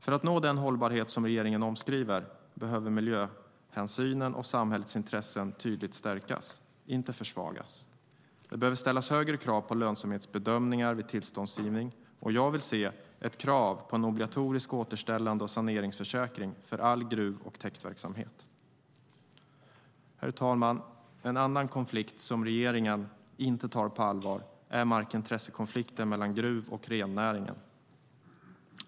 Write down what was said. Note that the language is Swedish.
För att nå den hållbarhet regeringen omskriver behöver miljöhänsynen och samhällets intressen tydligt stärkas, inte försvagas. Det behöver ställas högre krav på lönsamhetsbedömningar vid tillståndsgivning, och jag vill se ett krav på en obligatorisk återställande och saneringsförsäkring för all gruv och täktverksamhet. Herr talman! En annan konflikt regeringen inte tar på allvar är markintressekonflikten mellan gruv och rennäring.